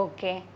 Okay